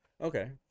Okay